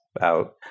out